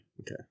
Okay